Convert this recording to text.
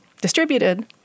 distributed